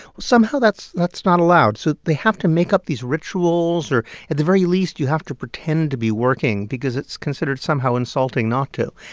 somehow that's that's not allowed, so they have to make up these rituals or, at the very least, you have to pretend to be working because it's considered somehow insulting not to.